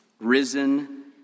Risen